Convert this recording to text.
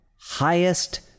highest